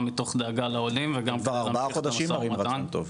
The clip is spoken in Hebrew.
גם מתוך דאגה לעולים וגם --- אתם כבר ארבעה חודשים מראים רצון טוב.